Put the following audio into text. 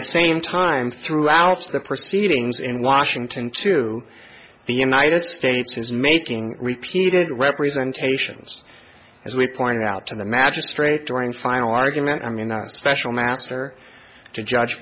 the same time throughout the proceedings in washington to the united states is making repeated representations as we pointed out to the magistrate during final argument i'm in a special master to judge